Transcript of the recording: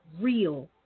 real